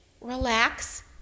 relax